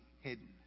hidden